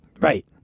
Right